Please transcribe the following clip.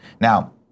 Now